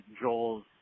Joel's